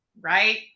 Right